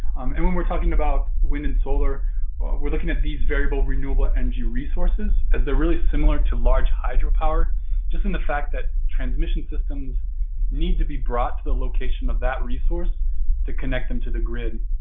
and when we're talking about wind and solar we're looking at these variable renewable mg resources as they're really similar to large hydropower just in the fact that transmission systems need to be brought to the location of that resource to connect them to the grid.